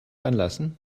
anlassen